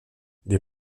des